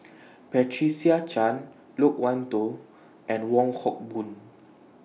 Patricia Chan Loke Wan Tho and Wong Hock Boon